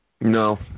No